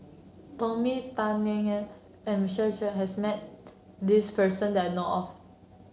Tony Tan and Michael Chiang has met this person that I know of